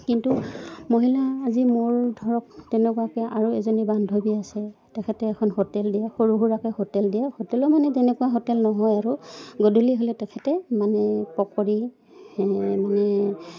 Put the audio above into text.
কিন্তু মহিলা আজি মোৰ ধৰক তেনেকুৱাকৈ আৰু এজনী বান্ধৱী আছে তেখেতে এখন হোটেল দিয়ে সৰু সুৰাকাকৈ হোটেল দিয়ে হোটেলো মানে তেনেকুৱা হোটেল নহয় আৰু গধূলি হ'লে তেখেতে মানে পকৰী মানে